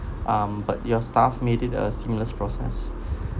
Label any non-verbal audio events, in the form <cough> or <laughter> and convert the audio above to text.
um but your staff made it a seamless process <breath>